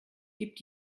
gibt